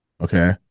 Okay